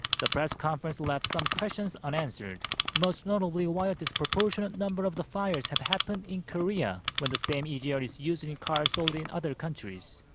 the press conference left some questions unanswered most notably, why a disproportionate number of the fires have happened in korea. when the same egr yeah ah is used in cars sold in other countries.